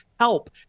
help